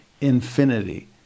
infinity